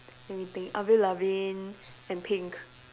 let me think Avril Lavigne and Pink